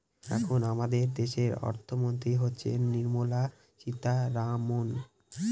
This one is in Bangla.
এখন আমাদের দেশের অর্থমন্ত্রী হচ্ছেন নির্মলা সীতারামন